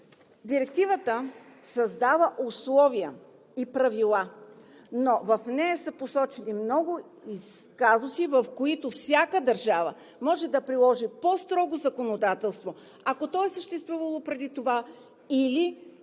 Директивата създава условия и правила, но в нея са посочени много казуси, в които всяка държава може да приложи по-строго законодателство, ако то е съществувало преди това, или има